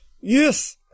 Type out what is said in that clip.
Yes